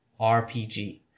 rpg